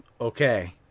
okay